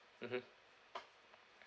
mmhmm